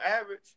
average